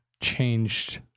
changed